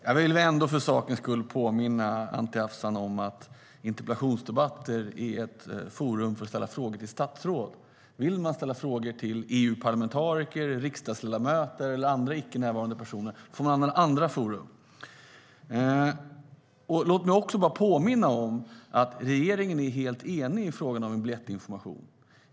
Herr talman! Jag vill för sakens skull påminna Anti Avsan om att interpellationsdebatter är ett forum för att ställa frågor till statsråd. Vill man ställa frågor till EU-parlamentariker, riksdagsledamöter eller andra icke närvarande personer får man använda andra forum. Låt mig också påminna om att regeringen är helt enig i frågan om biljettinformation.